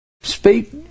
Speak